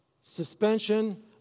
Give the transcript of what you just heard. Suspension